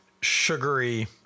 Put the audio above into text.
sugary